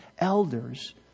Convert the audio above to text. elders